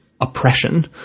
oppression